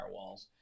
firewalls